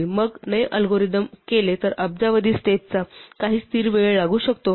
मग naive algorithm केले तर अब्जावधी स्टेप्सचा काही स्थिर वेळ लागू शकतो